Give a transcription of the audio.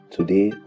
Today